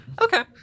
Okay